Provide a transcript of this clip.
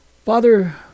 Father